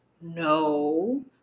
no